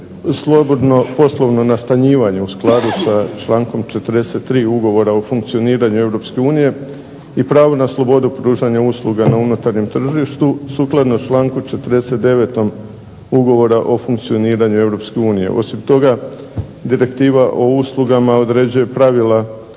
slobodno poslovno nastanjivanje u skladu sa člankom 43. Ugovora o funkcioniranju Europske unije i pravo na slobodu pružanja usluga na unutarnjem tržištu sukladno članku 49. Ugovora o funkcioniranju Europske unije. Osim toga, Direktiva o uslugama određuje pravila